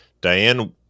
Diane